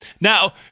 Now